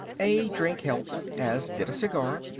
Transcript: a drink helped, as did a cigar.